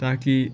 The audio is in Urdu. تاکہ